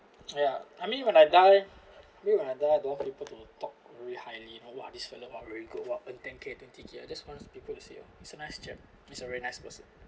ya I mean when I die I mean when I die I don't want people to talk really highly you know !wah! this fellow !wah! really good earn ten K twenty K I just wants people to say he's a nice chap he's a very nice person